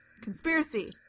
conspiracy